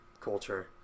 culture